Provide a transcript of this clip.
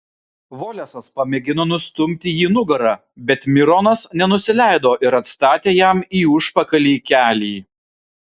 volesas pamėgino nustumti jį nugara bet mironas nenusileido ir atstatė jam į užpakalį kelį